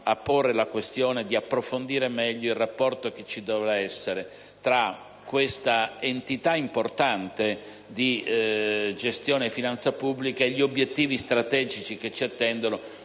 a porre la questione di approfondire meglio il rapporto che ci dovrà essere tra questa entità importante di gestione della finanza pubblica e gli obiettivi strategici che ci attendono,